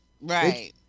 Right